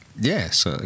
Yes